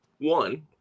One